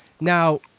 now